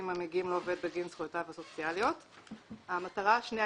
המגיעים לעובד בגין זכויותיו הסוציאליות; המטרה השנייה